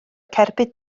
cerbyd